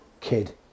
kid